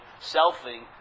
selfing